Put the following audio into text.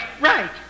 Right